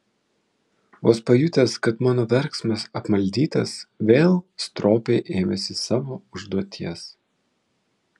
vos pajutęs kad mano verksmas apmaldytas vėl stropiai ėmėsi savo užduoties